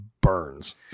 burns